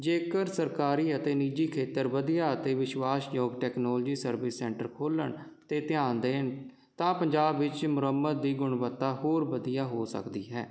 ਜੇਕਰ ਸਰਕਾਰੀ ਅਤੇ ਨਿੱਜੀ ਖੇਤਰ ਵਧੀਆ ਅਤੇ ਵਿਸ਼ਵਾਸਯੋਗ ਟੈਕਨੋਲਜੀ ਸਰਵਿਸ ਸੈਂਟਰ ਖੋਲ੍ਹਣ 'ਤੇ ਧਿਆਨ ਦੇਣ ਤਾਂ ਪੰਜਾਬ ਵਿੱਚ ਮੁਰੰਮਤ ਦੀ ਗੁਣਵੱਤਾ ਹੋਰ ਵਧੀਆ ਹੋ ਸਕਦੀ ਹੈ